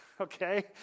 okay